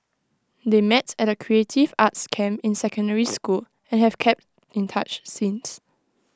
they met at A creative arts camp in secondary school and have kept in touch since